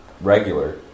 regular